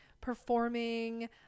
performing